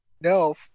No